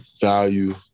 value